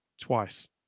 twice